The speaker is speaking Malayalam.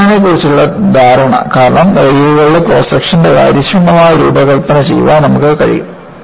വളയുന്നതിനെക്കുറിച്ചുള്ള ധാരണ കാരണം റെയിലുകളുടെ ക്രോസ് സെക്ഷന്റെ കാര്യക്ഷമമായ രൂപകൽപ്പന ചെയ്യാൻ നമുക്ക് കഴിയും